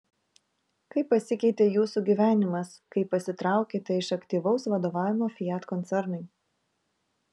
kaip pasikeitė jūsų gyvenimas kai pasitraukėte iš aktyvaus vadovavimo fiat koncernui